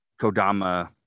Kodama